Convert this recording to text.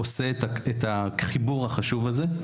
עושה את החיבור החשוב הזה.